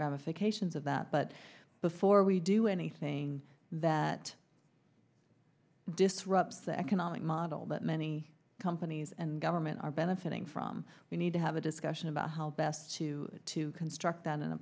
ramifications of that but before we do anything that disrupts the economic model that many companies and government are benefiting from we need to have a discussion about how best to to construct